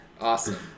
Awesome